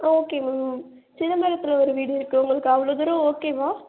okay ma'am சிதம்பரத்தில் ஒரு வீடு இருக்கு உங்களுக்கு அவ்வளோ தூரம் ஓகேவா